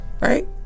Right